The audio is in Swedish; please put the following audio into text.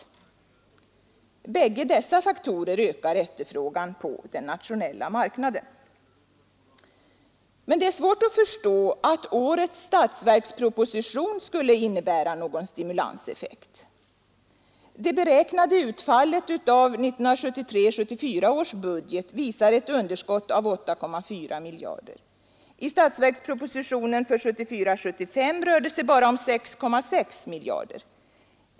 Bägge dessa faktorer ökar efterfrågan på den nationella marknaden. Det är emellertid svårt att förstå att årets statsverksproposition skulle innebära någon stimulanseffekt. Det beräknade utfallet av 1973 75 rör det sig bara om 6,6 miljarder kronor.